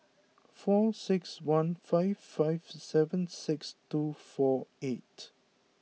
four six one five five seven six two four eight